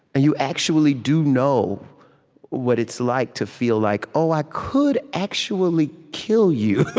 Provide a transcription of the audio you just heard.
you actually do know what it's like to feel like oh, i could actually kill you,